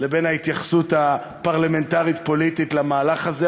לבין ההתייחסות הפרלמנטרית-פוליטית למהלך הזה.